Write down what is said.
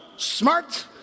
Smart